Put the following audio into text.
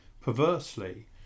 perversely